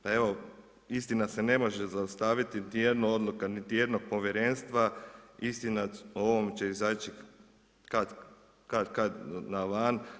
Pa evo, istina se ne može zaustaviti, niti jedna odluka niti jednog povjerenstva, istina o ovom će izaći kad-tad na van.